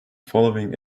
following